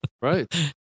Right